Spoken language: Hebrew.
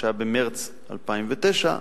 שהיה במרס 2009,